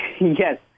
Yes